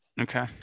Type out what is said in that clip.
Okay